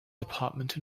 department